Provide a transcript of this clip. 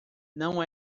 não